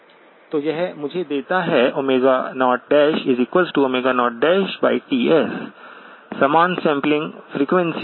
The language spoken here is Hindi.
तो यह मुझे देता है 00Ts समान सैंपलिंग फ़्रीक्वेंसी